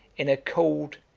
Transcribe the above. in a cold,